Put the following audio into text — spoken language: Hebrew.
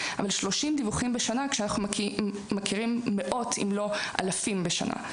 אבל 30 דיווחים בשנה כשאנחנו מכירים מאות אם לא אלפים בשנה.